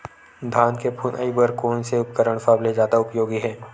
धान के फुनाई बर कोन से उपकरण सबले जादा उपयोगी हे?